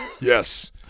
Yes